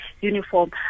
uniform